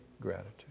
gratitude